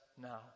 now